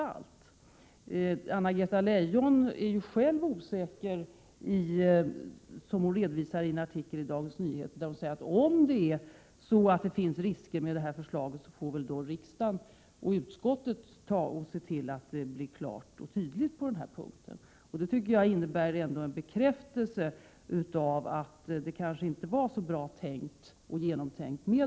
Anna-Greta Leijon är själv osäker, såsom hon redovisar i en artikel i Dagens Nyheter, där hon säger att om det finns risk med förslaget får riksdagen och utskottet se till att det blir klart och tydligt på denna punkt. Det innebär ändå en bekräftelse av att lagförslaget inte var så genomtänkt.